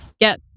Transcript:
get